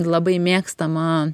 labai mėgstama